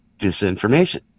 disinformation